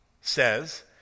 says